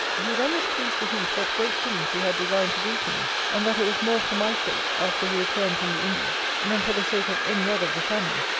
he then was pleased to hint what great things he had designed to do for me and that it was more for my sake, after he returned from the indies, than for the sake of any other of the family,